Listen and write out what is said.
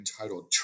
entitled